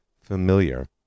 familiar